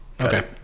Okay